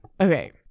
Okay